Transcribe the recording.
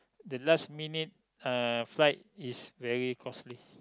the last minute uh flight is very costly